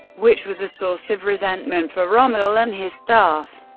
which was a source of resentment for rommel and his staff.